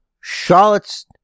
Charlotte's